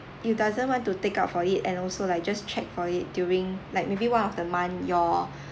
you doesn't want to take up for it and also like just check for it during like maybe one of the month your